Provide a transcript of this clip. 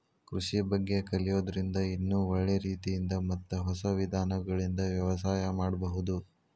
ಕೃಷಿ ಬಗ್ಗೆ ಕಲಿಯೋದ್ರಿಂದ ಇನ್ನೂ ಒಳ್ಳೆ ರೇತಿಯಿಂದ ಮತ್ತ ಹೊಸ ವಿಧಾನಗಳಿಂದ ವ್ಯವಸಾಯ ಮಾಡ್ಬಹುದು